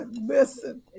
listen